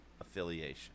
affiliation